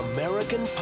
American